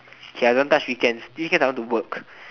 K I don't touch weekends weekends I want to work